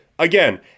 Again